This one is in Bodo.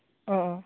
अह